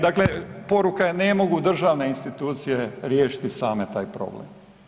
Dakle, poruka je ne mogu državne institucije riješiti same taj problem.